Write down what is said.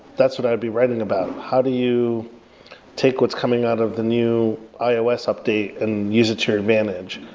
that's what i'd be writing about. how do you take what's coming out of the new ios update and use it to your advantage?